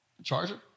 charger